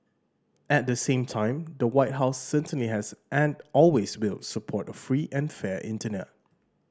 at the same time the White House certainly has and always will support a free and fair Internet